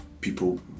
people